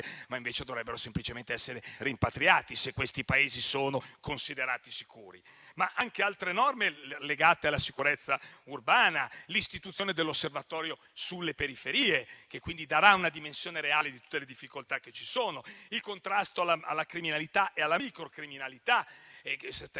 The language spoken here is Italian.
invece dovrebbero semplicemente essere rimpatriati, se quei Paesi sono considerati sicuri. Ci sono poi le norme legate alla sicurezza urbana; l'istituzione dell'osservatorio sulle periferie, che darà una dimensione reale di tutte le difficoltà che ci sono; il contrasto alla criminalità e alla microcriminalità.